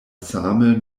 same